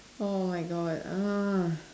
oh my god uh